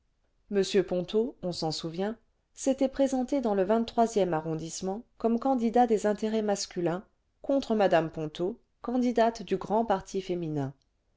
m ponto on s'en souvient s'était présenté dans le xxxiiie arrondissement comme candidat des intérêts masculins contre mme ponto candidate du grand parti féminin